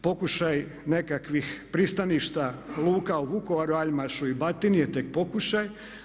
Pokušaj nekakvih pristaništa, luka u Vukovaru, Aljmašu i Batini je tek pokušaj.